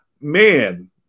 man